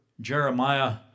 Jeremiah